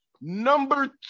Number